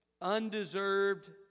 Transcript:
undeserved